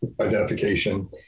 identification